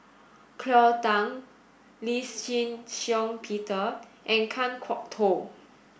Cleo Thang Lee Shih Shiong Peter and Kan Kwok Toh